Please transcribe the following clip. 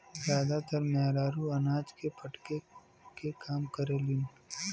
जादातर मेहरारू अनाज के फटके के काम करेलिन